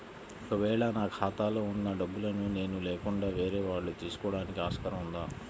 ఒక వేళ నా ఖాతాలో వున్న డబ్బులను నేను లేకుండా వేరే వాళ్ళు తీసుకోవడానికి ఆస్కారం ఉందా?